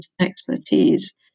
expertise